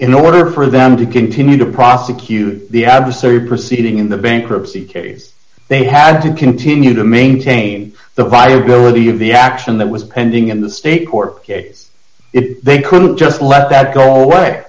in order for them to continue to prosecute the adversary proceeding in the bankruptcy case they had to continue to maintain the viability of the action that was pending in the state court case they couldn't just let that go away